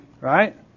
Right